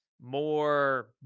more